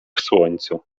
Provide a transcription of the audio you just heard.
słońcu